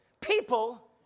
people